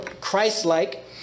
Christ-like